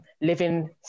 living